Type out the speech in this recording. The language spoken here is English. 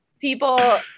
People